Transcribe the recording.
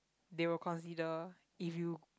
they will consider if you